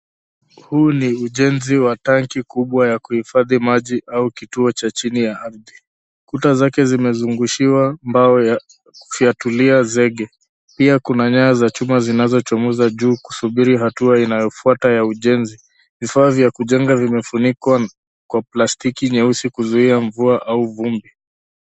Huu ni ujenzi wa tanki kubwa ya kuhifadhi maji au kituo cha chini ya ardhi. Kuta zake zimezungushiwa mbao ya kufyatulia zege. Pia kuna nyaya za chuma zinazo chomoza juu kusubiri hatua inayofuata ya ujenzi . Vifaa vya kujenga vimefunikwa kwa plastiki nyeusi kuzuia mvua au vumbi.